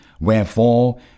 Wherefore